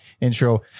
intro